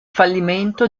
fallimento